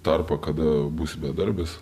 tarpą kada būsiu bedarbis